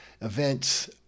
events